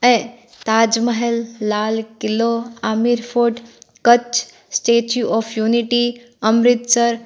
ऐं Taj Mahal Lal Qila Amer fort Kutch statue of unity Amritsar